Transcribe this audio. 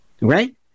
right